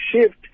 shift